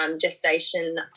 gestation